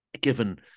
given